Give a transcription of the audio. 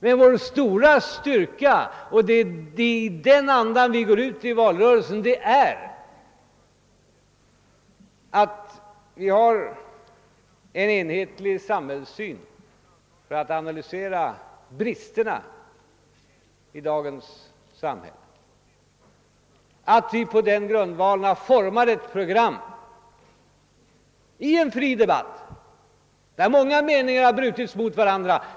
Men vår stora styrka — och det är i den andan vi går ut i valrörelsen — är att vi har en enhetlig samhällssyn för att analysera bristerna i dagens samhälle och att vi på den grundvalen har format ett program i en fri debatt, där många meningar har brutits mot varandra.